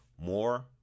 more